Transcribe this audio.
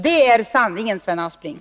Det är sanningen, Sven Aspling.